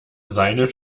seinen